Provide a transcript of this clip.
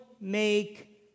make